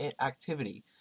activity